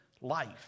life